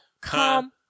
come